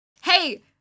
Hey